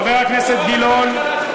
ראש הממשלה שלך,